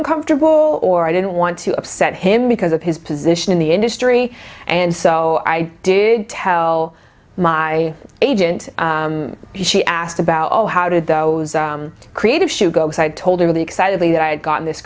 uncomfortable or i didn't want to upset him because of his position in the industry and so i did tell my agent she asked about all how did those creative should go because i'd told her the excitedly that i had gotten this